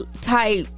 type